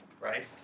right